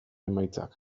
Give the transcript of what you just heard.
emaitzak